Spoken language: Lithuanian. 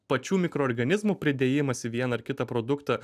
pačių mikroorganizmų pridėjimas į vieną ar kitą produktą